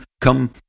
come